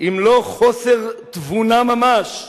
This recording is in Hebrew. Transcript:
"אם לא חוסר תבונה ממש"